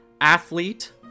athlete